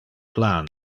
plan